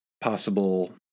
possible